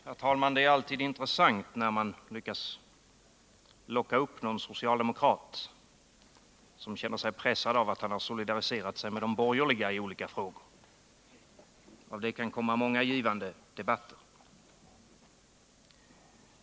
Herr talman! Det är alltid intressant när man lyckas locka upp någen socialdemokrat, som känner sig träffad av att kan har solidariserat sig med de borgerliga i olika frågor. Av det kan komma många givande debatter.